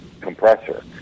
compressor